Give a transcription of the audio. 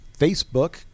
Facebook